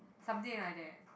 something like that